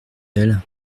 elle